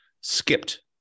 skipped